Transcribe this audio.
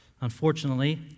Unfortunately